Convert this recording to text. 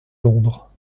londres